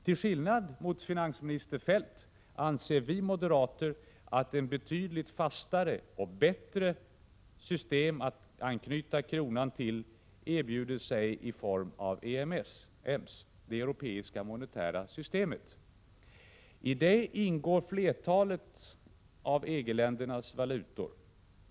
Till skillnad från finansminister Feldt anser vi moderater att ett betydligt fastare och bättre system att anknyta kronan till erbjuder sig i form av EMS, det europeiska monetära systemet, i vilket flertalet EG-länders valutor ingår.